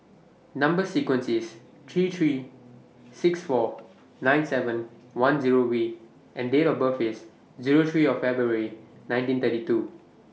Number sequence IS three three six four nine seven one Zero V and Date of birth IS Zero three February nineteen thirty two